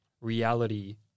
reality